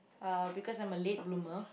uh because I'm a late bloomer